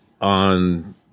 on